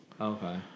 Okay